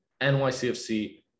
NYCFC